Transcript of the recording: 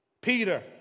Peter